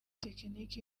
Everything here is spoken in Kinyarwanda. tekiniki